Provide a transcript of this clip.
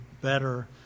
better